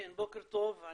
בוקר טוב,